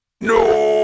No